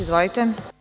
Izvolite.